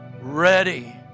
ready